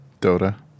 Dota